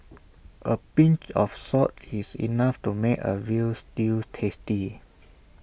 A pinch of salt is enough to make A Veal Stew tasty